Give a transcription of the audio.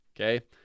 okay